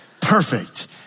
Perfect